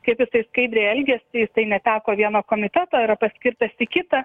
kaip jisai skaidriai elgėsi jisai neteko vieno komiteto yra paskirtas į kitą